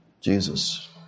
Jesus